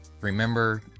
remember